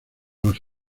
los